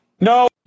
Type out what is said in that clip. No